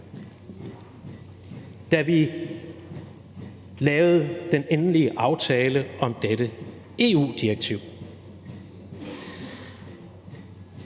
da vi lavede den endelige aftale om dette EU-direktiv.